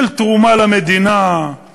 של תרומה למדינה,